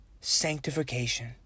sanctification